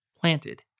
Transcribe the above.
planted